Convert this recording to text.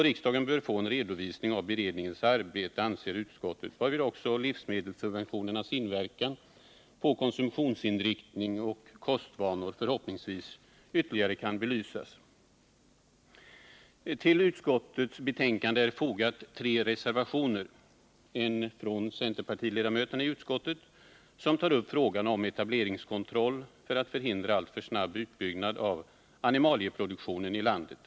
Riksdagen bör få en redovisning av beredningens arbete, anser utskottet, varvid också livsmedelssubventionernas inverkan på konsumtionsinriktning och kostvanor förhoppningsvis ytterligare kan belysas. Vid utskottets betänkande är fogade tre reservationer, varav en från centerpartiledamöterna i utskottet. I denna tar man upp frågan om e.ableringskontroll för att förhindra alltför snabb utbyggnad av animalieproduktionen i landet.